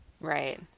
Right